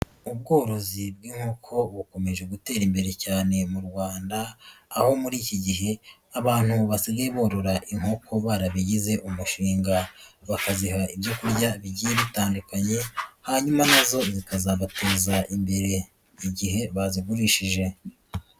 Ubworozi bw'inkoko bukomeje gutera imbere cyane mu Rwanda, aho muri iki gihe abantu basigaye borora inkoko barabigize umushinga, bakaziha ibyo kurya bigiye bitandukanye, hanyuma na zo zikazabateza imbere igihe bazigurishije.